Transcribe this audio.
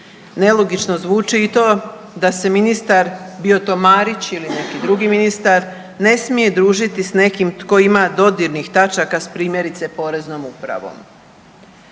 Nelogično zvuči i to bio to Marić ili neki drugi ministar ne smije družiti s nekim tko ima dodirnih tačaka s primjerice Poreznom upravom.